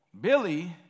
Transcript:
Billy